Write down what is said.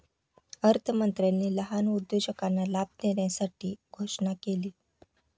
अर्थमंत्र्यांनी लहान उद्योजकांना लाभ देण्यासाठी घोषणा केली